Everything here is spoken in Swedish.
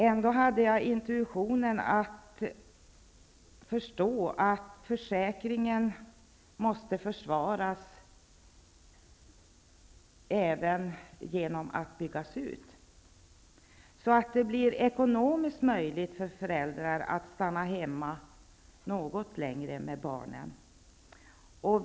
Ändå kunde jag intuitivt förstå att försäkringen måste försvaras även genom att byggas ut, så att det blir ekonomiskt möjligt för föräldrar att stanna hemma med barnen något längre.